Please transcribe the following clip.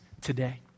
today